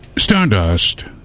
Stardust